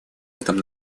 этом